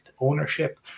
ownership